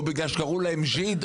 או בגלל שקראו להם "ג'יד",